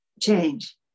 change